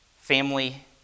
family